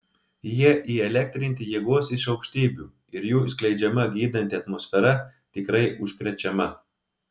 jie įelektrinti jėgos iš aukštybių ir jų skleidžiama gydanti atmosfera tikrai užkrečiama